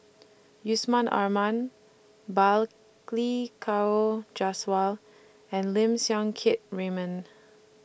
Yusman Aman Balli Kaur Jaswal and Lim Siang Keat Raymond